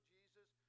Jesus